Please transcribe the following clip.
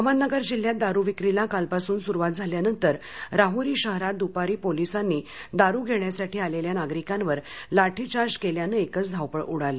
अहमदनगर जिल्ह्यात दारू विक्रीला कालपासून सुरुवात झाल्यानंतर राहरी शहरात दुपारी पोलिसांनी दारू घेण्यासाठी आलेल्या नागरिकांवर लाठीचार्ज केल्याने एकच धावपळ उडाली